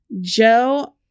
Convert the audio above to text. Joe